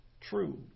true